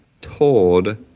told